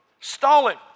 Stalin